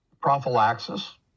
prophylaxis